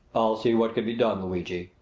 i'll see what can be done, luigi,